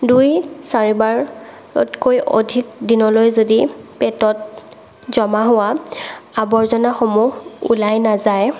দুই চাৰিবাৰতকৈ অধিক দিনলৈ যদি পেটত জমা হোৱা আৱৰ্জনাসমূহ ওলাই নাযায়